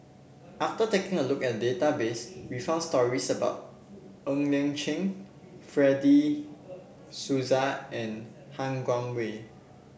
after taking a look at the database we found stories about Ng Liang Chiang Fred De Souza and Han Guangwei